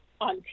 on